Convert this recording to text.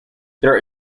there